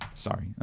sorry